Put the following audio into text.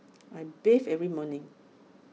I bathe every morning